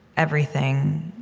everything